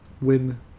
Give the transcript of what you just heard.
win